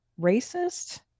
racist